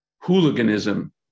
hooliganism